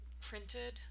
Printed